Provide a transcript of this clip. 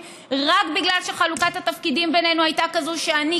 רק בגלל שחלוקת התפקידים בינינו הייתה כזאת שאני